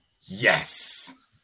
Yes